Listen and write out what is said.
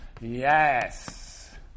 Yes